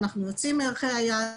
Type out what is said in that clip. אנחנו יוצאים מערכי היעד,